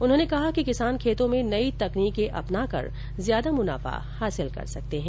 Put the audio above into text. उन्होंने कहा कि किसान खेतों में नई तकनीक अपनाकर ज्यादा मुनाफा हासिल कर सकते है